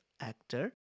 actor